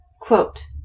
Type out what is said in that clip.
Quote